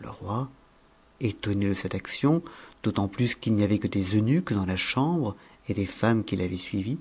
le étonne de cène action d'autant plus qu'il n'y avait que des eunuques dans la chambre et des femmes qui l'avaient suivie